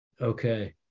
okay